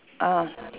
ah